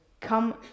Come